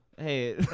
Hey